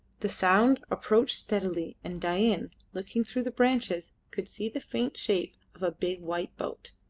the sound approached steadily, and dain, looking through the branches, could see the faint shape of a big white boat.